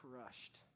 crushed